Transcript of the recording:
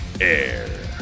air